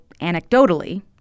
anecdotally